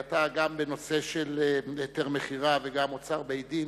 גם בנושא של היתר מכירה וגם אוצר בית-דין,